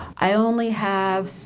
i only have,